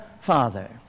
Father